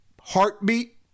heartbeat